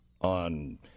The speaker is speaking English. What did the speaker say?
on